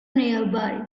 nearby